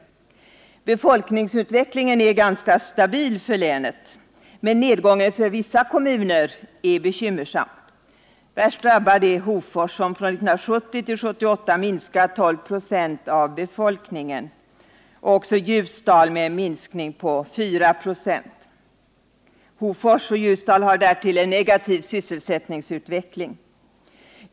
Befolkningsutvecklingen är ganska stabil för länet, men nedgången för vissa kommuner är bekymmersam. Värst drabbat är Hofors som från 1970 till 1978 har vidkänts en folk mängdsminskning på 12 26. Ljusdal har drabbats av en minskning på 4 26. Hofors och Ljusdal har därtill en negativ sysselsättningsutveckling.